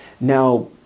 Now